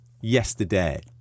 yesterday